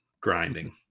grinding